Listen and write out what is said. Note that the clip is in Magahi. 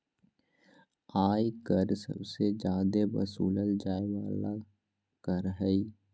आय कर सबसे जादे वसूलल जाय वाला कर हय